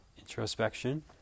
introspection